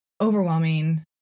overwhelming